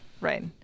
right